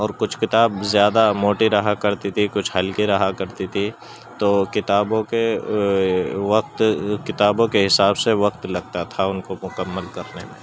اور کچھ کتاب زیادہ موٹی رہا کرتی تھی کچھ ہلکی رہا کرتی تھی تو کتابوں کے وقت کتابوں کے حساب سے وقت لگتا تھا ان کو مکمل کرنے میں